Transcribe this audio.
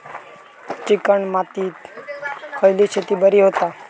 Chicken मातीत खयली शेती बरी होता?